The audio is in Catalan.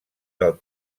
del